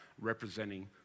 representing